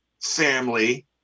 family